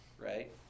right